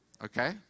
Okay